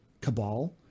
Cabal